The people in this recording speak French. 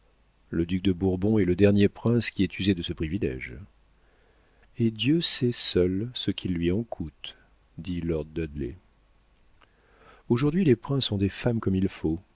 le duc de bourbon est le dernier prince qui ait usé de ce privilége et dieu sait seul ce qu'il lui en coûte dit lord dudley aujourd'hui les princes ont des femmes comme il faut